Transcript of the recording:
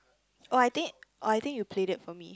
oh I think oh I think you played it for me